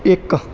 ਇੱਕ